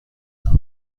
ناهار